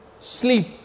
sleep